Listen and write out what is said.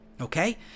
okay